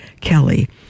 kelly